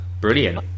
brilliant